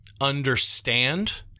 understand